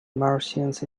martians